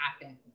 happen